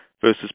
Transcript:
Versus